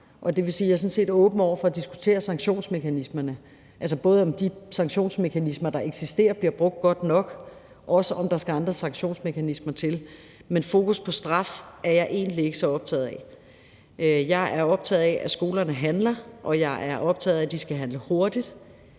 set er åben over for at diskutere sanktionsmekanismerne, både om de sanktionsmekanismer, der eksisterer, bliver brugt godt nok, og også om der skal andre sanktionsmekanismer til, men fokus på straf er jeg egentlig ikke så optaget af. Jeg er optaget af, at skolerne handler, og jeg er optaget af, at de skal handle hurtigt,